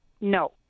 No